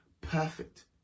perfect